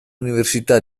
università